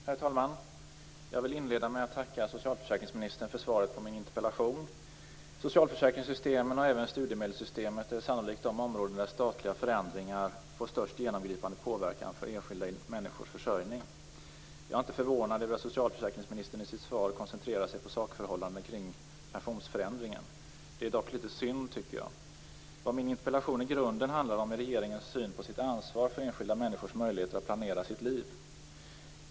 Herr talman! Jag vill inleda med att tacka socialförsäkringsministern för svaret på min interpellation. Socialförsäkringssystemet och studiemedelssystemet är sannolikt de områden där statliga förändringar får störst genomgripande påverkan på enskilda människors försörjning. Jag är inte förvånad över att socialförsäkringsministern i sitt svar koncentrerar sig på sakförhållanden kring pensionsförändringen. Det är dock litet synd. Vad min interpellation i grunden handlar om är regeringens syn på sitt ansvar för enskilda människors möjligheter att planera sitt liv.